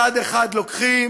מצד אחד לוקחים,